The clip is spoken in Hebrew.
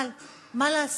אבל, מה לעשות